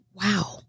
wow